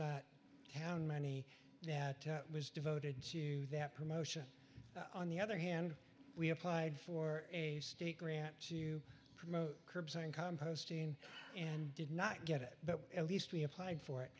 sound money that was devoted to that promotion on the other hand we applied for a state grant to promote curbs on composting and did not get it but at least we applied for it